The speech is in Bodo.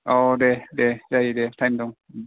औ दे दे जायो दे थाइम दं